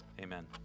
Amen